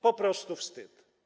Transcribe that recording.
Po prostu wstyd.